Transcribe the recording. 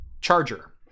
charger